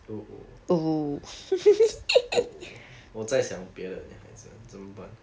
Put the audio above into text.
oh oh 我在想别的 leh 怎么办